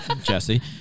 Jesse